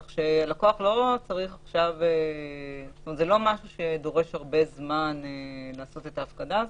כך שזה לא משהו שדורש ללקוח הרבה לעשות את ההפקדה הזאת.